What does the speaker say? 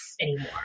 anymore